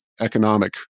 economic